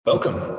Welcome